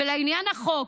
ולעניין החוק,